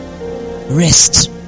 Rest